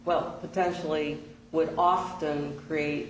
well potentially would often creat